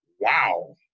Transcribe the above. wow